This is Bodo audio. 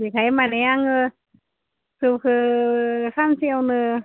बेहाय माने आङो जौखो सानसेयावनो